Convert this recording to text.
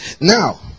Now